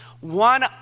one